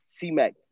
C-Mac